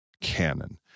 canon